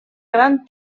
gran